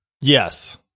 Yes